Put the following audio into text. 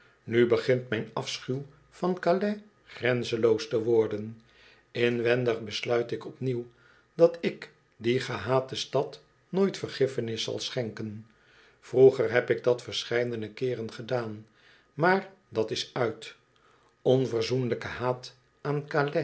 nu begint mijn afschuw van calais grenzenloos te worden inwendig besluit ik opnieuw dat ik die gehate stad nooit vergiffenis zal schenken vroeger heb ik dat verscheidene keeren gedaan maar dat is uit onverzoenlijke haat aan